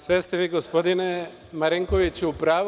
Sve ste vi, gospodine Marinkoviću, u pravu.